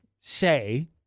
say